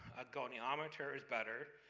a goniometer is better.